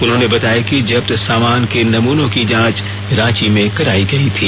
उन्होंने बताया कि जब्त सामान के नमूनों की जांच रांची में कराई गई थी